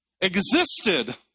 existed